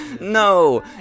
no